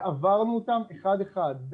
ועברנו אותם אחד אחד.